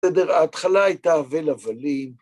בסדר, ההתחלה הייתה הבל הבלים.